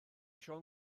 siôn